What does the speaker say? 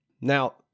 Now